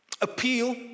appeal